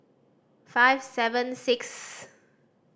five seven sixth